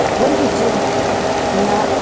what do you do with it? yeah you know?